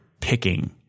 picking